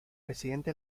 presidente